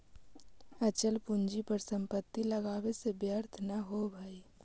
अचल पूंजी पर संपत्ति लगावे से व्यर्थ न होवऽ हई